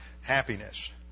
happiness